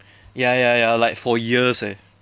ya ya ya like for years eh